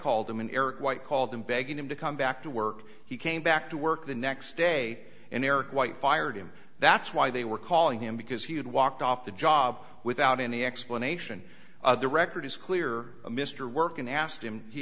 called them in eric white called them begging him to come back to work he came back to work the next day and eric white fired him that's why they were calling him because he had walked off the job without any explanation the record is clear mr workin asked him he